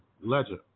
ledger